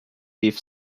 beef